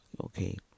Okay